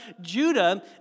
Judah